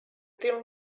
film